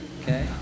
Okay